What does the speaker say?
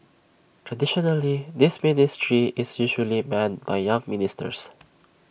traditionally this ministry is usually manned by younger ministers